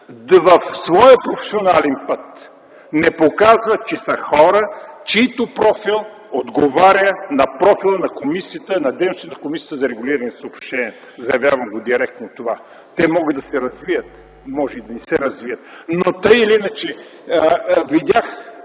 в своя професионален път не показват да са хора, чийто профил отговаря на профила на дейностите на Комисията за регулиране на съобщенията. Заявявам директно това! Те могат да се развият, могат и да не се развият, но тъй или иначе видях